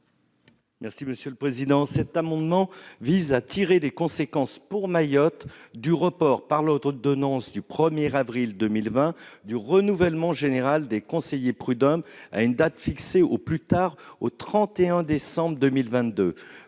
M. André Gattolin. Cet amendement vise à tirer les conséquences pour Mayotte du report prévu par l'ordonnance du 1 avril 2020 du renouvellement général des conseillers prud'homaux à une date fixée au plus tard au 31 décembre 2022.